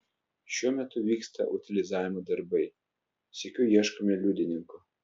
šiuo metu vyksta utilizavimo darbai sykiu ieškome liudininkų